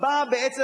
בא בעצם,